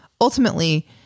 Ultimately